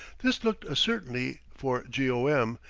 this looked a certainty for g. o. m,